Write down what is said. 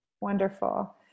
Wonderful